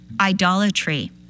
idolatry